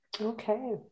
Okay